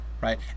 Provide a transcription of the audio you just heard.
right